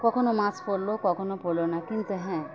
কখনও মাছ পড়ল কখনও পড়ল না কিন্তু হ্যাঁ